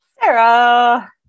Sarah